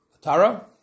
Tara